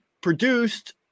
produced